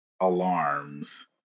alarms